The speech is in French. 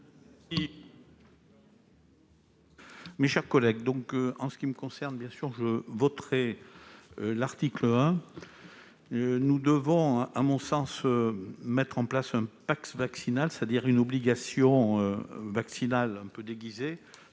Mes chers collègues, en ce qui me concerne, je voterai l'article 1. Nous devons, à mon sens, mettre en place un passe vaccinal, c'est-à-dire une obligation vaccinale quelque peu déguisée.